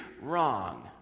wrong